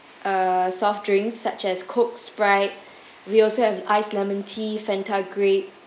uh soft drinks such as coke sprite we also have iced lemon tea fanta grape